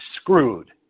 screwed